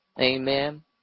amen